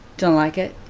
don't like it?